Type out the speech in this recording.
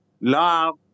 Love